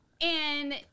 And-